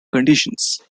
conditions